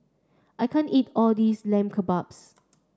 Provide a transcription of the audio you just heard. I can't eat all this Lamb Kebabs